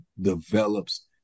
develops